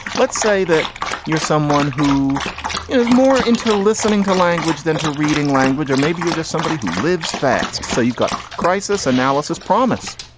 let's say that you're someone who is more into listening to language than to reading language, or maybe you're just somebody who lives fast. so you've got crisis analysis, promise,